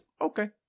okay